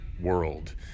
world